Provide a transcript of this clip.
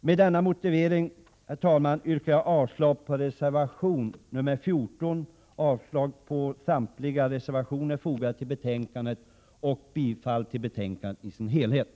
Med denna motivering yrkar jag avslag på reservation 14. Jag yrkar alltså avslag på samtliga reservationer fogade till betänkandet och bifall till utskottets hemställan på samtliga punkter.